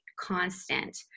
constant